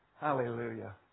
Hallelujah